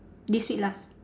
this week last